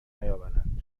نیاوردند